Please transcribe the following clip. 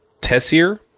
Tessier